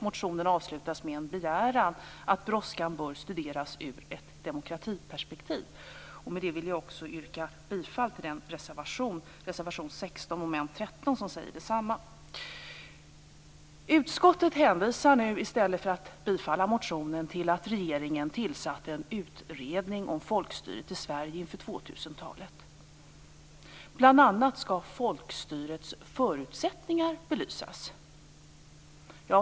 Motionen avslutas med en begäran om att brådskan bör studeras ur ett demokratiperspektiv. Med det vill jag också yrka bifall till den reservation, reservation 16 under mom. 13, som säger detsamma. I stället för att bifalla motionen hänvisar utskottet till att regeringen tillsatt en utredning om folkstyret i Sverige inför 2000-talet. Bl.a. skall folkstyrets förutsättningar belysas.